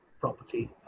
property